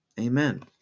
Amen